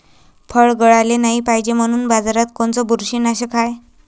फळं गळाले नाही पायजे म्हनून बाजारात कोनचं बुरशीनाशक हाय?